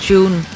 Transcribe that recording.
June